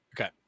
Okay